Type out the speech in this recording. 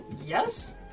Yes